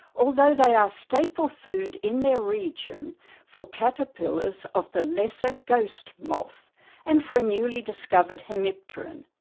although they are staple food in their region for caterpillars of the lesser ghost moth and for a newly discovered hemipteran,